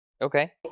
okay